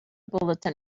bulletin